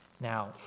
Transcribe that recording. Now